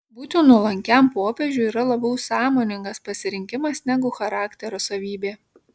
būti nuolankiam popiežiui yra labiau sąmoningas pasirinkimas negu charakterio savybė